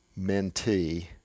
mentee